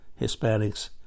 Hispanics